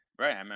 right